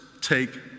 take